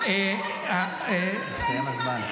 הסתיים הזמן.